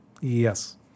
Yes